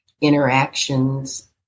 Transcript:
interactions